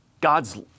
God's